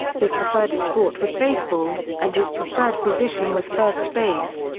his preferred sport was baseball, and his preferred position was first base.